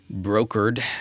brokered